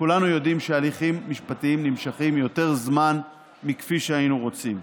שכולנו יודעים שהליכים משפטיים נמשכים יותר זמן מכפי שהיינו רוצים.